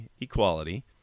equality